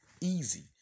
easy